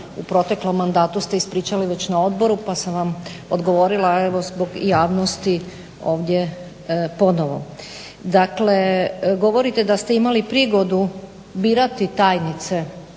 U proteklom mandatu ste ispričali već na odboru pa sam vam odgovorila, evo zbog javnosti ovdje ponovo. Dakle, govorite da ste imali prigodu birati tajnice